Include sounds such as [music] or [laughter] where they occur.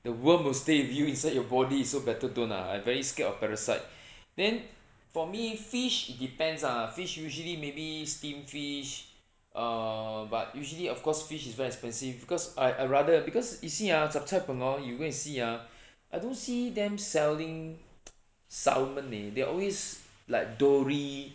the worm will stay with you inside your body so better don't ah I very scared of parasite [breath] then for me fish it depends ah fish usually maybe steam fish err but usually of course fish is very expensive because I I rather because you see ah zhup cai png hor you go and see ah [breath] I don't see them selling [noise] salmon leh they always like dory